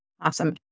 Awesome